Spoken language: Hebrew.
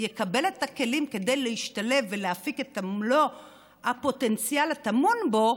יקבל את הכלים כדי להשתלב ולהפיק את מלוא הפוטנציאל הטמון בו,